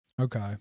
Okay